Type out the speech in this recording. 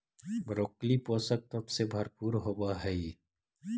broccoli पोषक तत्व से भरपूर होवऽ हइ